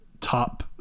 top